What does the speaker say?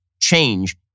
change